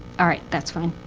all right, that's fine.